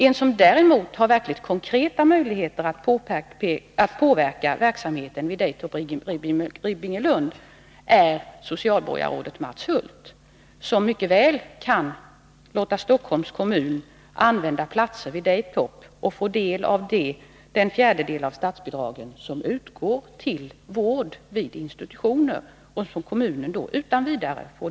En som däremot har verkligt konkreta möjligheter att påverka verksamheten vid Daytop Ribbingelund är socialborgarrådet Mats Hulth. Han kan mycket väl låta Stockholms kommun använda platser vid Daytop och därmed få del av den fjärdedel av statsbidraget som utgår till vård vid institutioner.